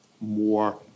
more